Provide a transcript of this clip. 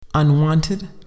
Unwanted